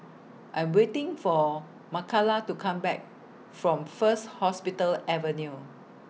I Am waiting For Makala to Come Back from First Hospital Avenue